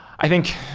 i think,